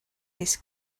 this